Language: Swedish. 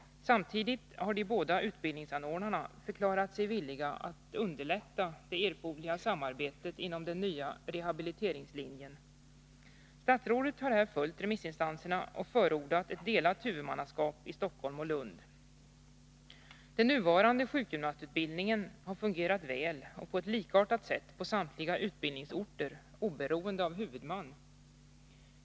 Samtidigt har de båda utbildningsanordnarna förklarat sig villiga att underlätta det erforderliga samarbetet inom den nya rehabiliteringslinjen. Statsrådet har här följt remissinstanserna och förordar ett delat huvudmannaskap i Stockholm och Lund. Den nuvarande sjukgymnastutbildningen har fungerat väl och på ett likartat sätt på samtliga utbildningsorter, oberoende av huvudman.